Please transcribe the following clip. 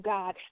God